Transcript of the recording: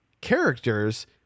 characters